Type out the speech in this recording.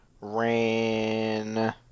ran